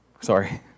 sorry